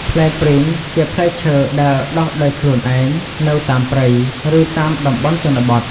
ផ្លែព្រីងជាផ្លែឈើដែលដុះដោយខ្លួនឯងនៅតាមព្រៃ ឬតាមតំបន់ជនបទ។